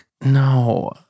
No